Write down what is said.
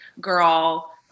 girl